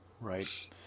Right